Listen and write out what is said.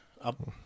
up